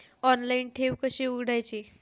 Online ठेव कशी उघडायची?